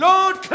Lord